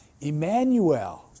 Emmanuel